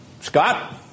Scott